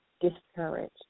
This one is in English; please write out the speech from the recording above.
discouraged